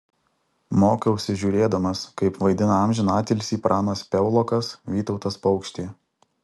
mokiausi žiūrėdamas kaip vaidina amžiną atilsį pranas piaulokas vytautas paukštė